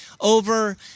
over